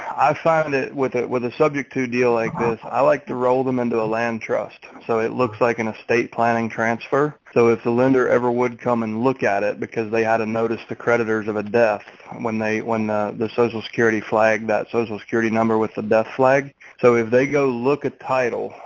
i find it with it with a subject to deal like this. i like to roll them into a land trust. so it looks like an estate planning transfer. so if the lender ever would come and look at it, because they had a notice to creditors of a death when they win the the social security flag that social security number with the death flag, so if they go look at title,